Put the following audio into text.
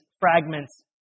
fragments